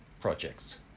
projects